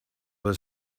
was